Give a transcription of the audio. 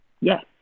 yes